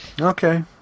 Okay